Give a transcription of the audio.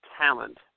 talent